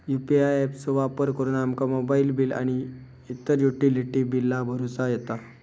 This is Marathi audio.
यू.पी.आय ऍप चो वापर करुन आमका मोबाईल बिल आणि इतर युटिलिटी बिला भरुचा येता